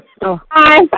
Hi